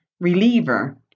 reliever